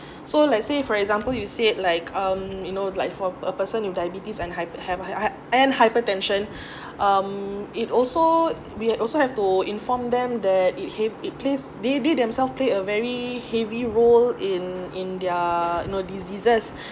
so let's say for example you said like um you know like for a person with diabetes and hype~ hype~ hype~ hype~ and hypertension um it also we also have to inform them that it hate it plays they they themselves play a very heavy role in in their you know diseases